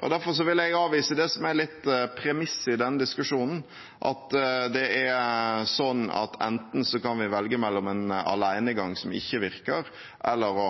og derfor vil jeg avvise det som er litt premisset i denne diskusjonen, at det er sånn at vi kan velge mellom enten en alenegang som ikke virker, eller å